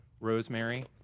Rosemary